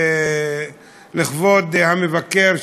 ולכבוד המבקר,